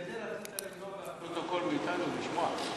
ואת זה רצית למנוע מהפרוטוקול ומאתנו לשמוע?